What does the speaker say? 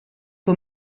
for